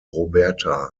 roberta